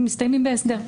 מסתיימים בהסדר.